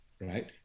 right